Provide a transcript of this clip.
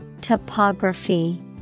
Topography